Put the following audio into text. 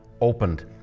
opened